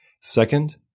Second